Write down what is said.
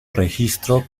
registro